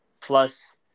Plus